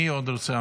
מי עוד רוצה?